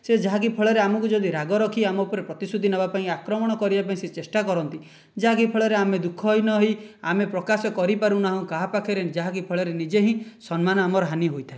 ସେ ଯାହାକି ଫଳରେ ଆମକୁ ଯଦି ରାଗ ରଖି ଆମ ଉପରେ ପ୍ରତିଶ୍ରୁତି ନେବା ପାଇଁ ଆକ୍ରମଣ କରିବା ପାଇଁ ଯଦି ସେ ଚେଷ୍ଟା କରନ୍ତି ଯାହାକି ଫଳରେ ଆମେ ଦୁଃଖହୀନ ହୋଇ ଆମେ ପ୍ରକାଶ କରିପାରୁ ନାହୁଁ କାହା ପାଖରେ ଯାହାକି ଫଳରେ ଆମେ ନିଜେ ହିଁ ସମ୍ମାନ ହାନି ହୋଇଥାଏ